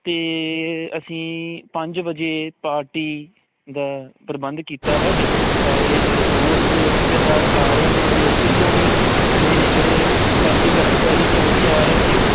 ਤੇ ਅਸੀਂ ਪੰਜ ਵਜੇ ਪਾਰਟੀ ਦਾ ਪ੍ਰਬੰਧ ਕੀਤਾ ਵਾ ਜਿਸ ਵਿੱਚ ਸਾਰੇ ਮੇਰੇ ਦੋਸਤ ਰਿਸ਼ਤੇਦਾਰ ਆ ਰਹੇ ਨੇ ਮੇਰੇ ਆਫਿਸ ਤੋਂ ਵੀ ਮੇਰੇ ਜਿਹੜੇ ਸਾਥੀ ਕਰਮਚਾਰੀ ਨੇ ਉਹ ਵੀ ਆ ਰਹੇ ਨੇ